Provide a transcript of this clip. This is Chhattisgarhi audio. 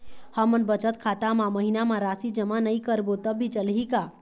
हमन बचत खाता मा महीना मा राशि जमा नई करबो तब भी चलही का?